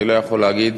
אני לא יכול להגיד